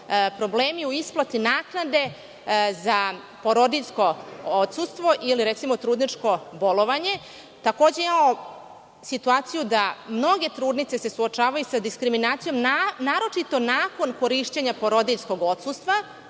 problemi sa isplatom naknade za porodiljsko odsustvo ili recimo trudničko bolovanje. Takođe, imamo situaciju da mnoge trudnice se suočavaju sa diskriminacijom naročito nakon korišćenja porodiljskog odsustva,